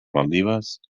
maldives